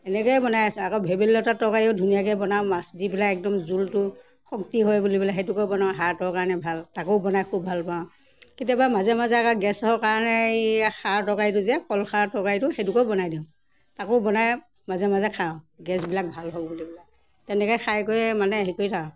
এনেকৈয়ে বনাই আছোঁ আকৌ ভেবেলি লতাৰ তৰকাৰীও ধুনীয়াকৈ বনাওঁ মাছ দি পেলাই একদম জোলটো শক্তি হয় বুলি পেলাই সেইটোকো বনাওঁ হাৰ্টৰ কাৰণে ভাল তাকো বনাই খুব ভাল পাওঁ কেতিয়াবা মাজে মাজে আকৌ গেছৰ কাৰণে এই খাৰ তৰকাৰীটো যে কল খাৰ তৰকাৰীটো সেইটোকো বনাই দিওঁ তাকো বনাই মাজে মাজে খাওঁ গেছবিলাক ভাল হওক বুলিবলৈ তেনেকৈ খাই কৰিয়ে মানে হেৰি কৰি থাকোঁ